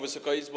Wysoka Izbo!